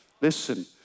Listen